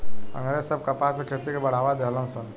अँग्रेज सब कपास के खेती के बढ़ावा देहलन सन